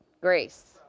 Grace